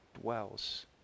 dwells